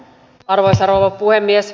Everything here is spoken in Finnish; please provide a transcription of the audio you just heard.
arvoisa rouva puhemies